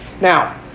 Now